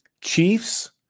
Chiefs